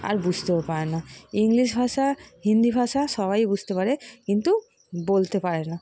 আর বুঝতেও পায় না ইংলিশ ভাষা হিন্দি ভাষা সবাই বুঝতে পারে কিন্তু বলতে পারে না